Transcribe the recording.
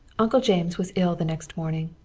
uncle james was ill the next morning.